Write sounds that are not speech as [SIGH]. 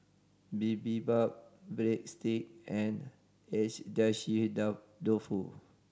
Bibimbap Breadsticks and Agedashi [UNINTELLIGIBLE] Dofu